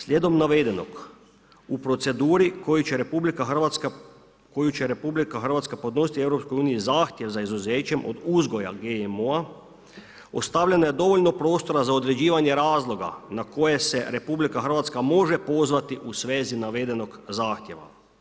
Slijedom navedenog u proceduri koju će RH podnositi EU zahtjev za izuzećem od uzgoja GMO-a ostavljeno je dovoljno prostora za određivanje razloga na koje se RH može pozvati u svezi navedenog zahtjeva.